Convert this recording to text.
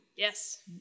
Yes